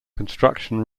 construction